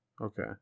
Okay